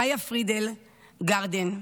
חיה פרידל גארדין,